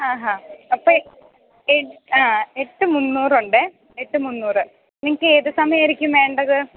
അഹാ അപ്പം എ അ എട്ട് മുന്നൂറുണ്ടേ എട്ട് മുന്നൂറ് നിങ്ങൾക്ക് ഏതു സമയമായിരിക്കും വേണ്ടത്